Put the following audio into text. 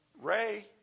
Ray